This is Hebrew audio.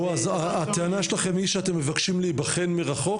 בועז, הטענה שלכם היא שאתם מבקשים להיבחן מרחוק?